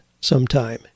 sometime